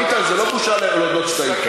ביטן, זה לא בושה להודות שטעית.